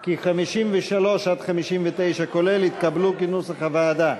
כי סעיפים 53 59, כולל, התקבלו כנוסח הוועדה.